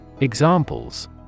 Examples